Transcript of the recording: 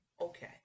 Okay